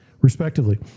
respectively